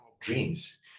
dreams